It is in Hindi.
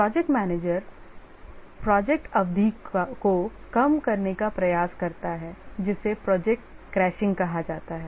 प्रोजेक्ट मैनेजर प्रोजेक्ट अवधि को कम करने का प्रयास करता है जिसे प्रोजेक्ट क्रैशिंग कहा जाता है